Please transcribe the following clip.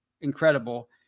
incredible